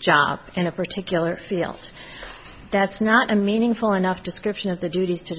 job in a particular field that's not a meaningful enough description of the dut